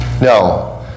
No